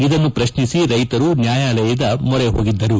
ಇದನ್ನು ಪ್ರಶ್ನಿಸಿ ರೈತರು ನ್ಯಾಯಾಲಯದ ಮೊರೆ ಹೋಗಿದ್ದರು